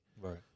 Right